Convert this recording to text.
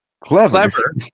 clever